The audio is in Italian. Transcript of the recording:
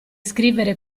scrivere